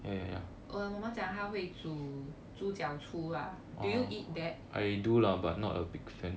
我妈妈讲她会煮猪脚醋 ah do you eat that